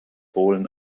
polen